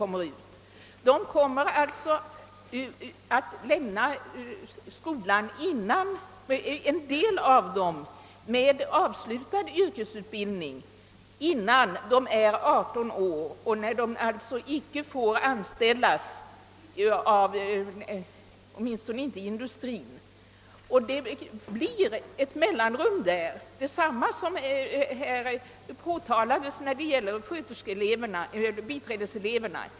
En del av dem kommer alltså att lämna skolan med avslutad yrkesutbildning innan de fyllt 18 år, d.v.s. innan de får ta anställning, i varje fall inte inom industrin. Det blir därför en mellanperiod för dem mellan skola och arbete, d.v.s. detsamma som påtalades beträffande biträdeseleverna.